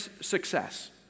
success